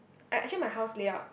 I actually my house layout